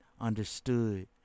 understood